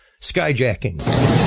skyjacking